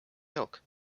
milk